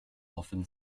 often